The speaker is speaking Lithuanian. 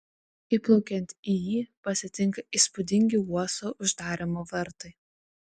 įplaukiant į jį pasitinka įspūdingi uosto uždarymo vartai